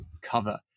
cover